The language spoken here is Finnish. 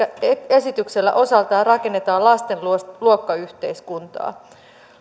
esityksellä osaltaan rakennetaan lasten luokkayhteiskuntaa